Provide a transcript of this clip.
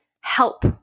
help